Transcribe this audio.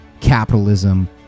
capitalism